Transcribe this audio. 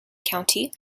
county